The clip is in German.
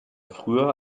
früher